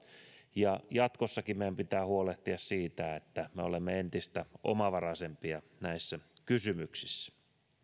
ja jatkossakin meidän pitää huolehtia siitä että me olemme entistä omavaraisempia näissä kysymyksissä